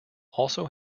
also